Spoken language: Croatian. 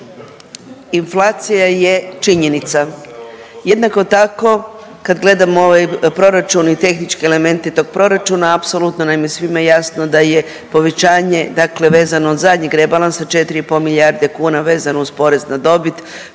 inflacija je činjenica. Jednako tako, kad gledamo ovaj proračun i tehničke elemente tog proračuna, apsolutno nam je svima jasno da je povećanje dakle vezano od zadnjeg rebalansa 4,5 milijarde kuna vezano uz porez na dobit,